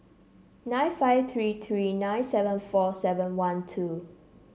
nine five three three nine seven four seven one two